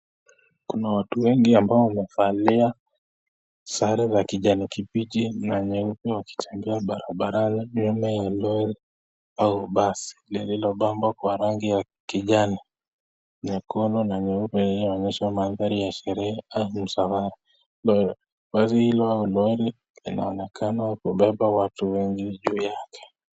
Kuna watu wengi ambao wamevalia sare ya kijani kibichi na nyeupe wakichangia barabarani nyuma ya Lori au basi lililopambwa kwa rangi ya kijani kibichi mandhari ya sherehe au msafara basi hilo au lori linaonekana kubeba watu wengi juu yake.